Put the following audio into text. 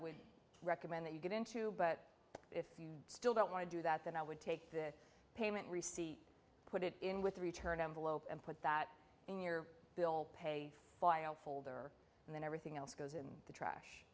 would recommend that you get into but if you still don't want to do that then i would take the payment receipt put it in with the return envelope and put that in your bill pay file folder and then everything else goes in the trash